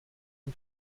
une